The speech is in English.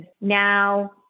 now